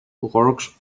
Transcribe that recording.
works